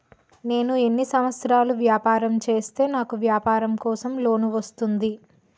నేను ఎన్ని సంవత్సరాలు వ్యాపారం చేస్తే నాకు వ్యాపారం కోసం లోన్ వస్తుంది?